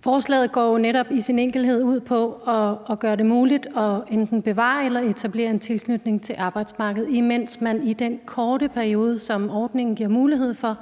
Forslaget går jo netop i sin enkelhed ud på at gøre det muligt enten at bevare eller etablere en tilknytning til arbejdsmarkedet, imens man i den korte periode, som ordningen giver mulighed for,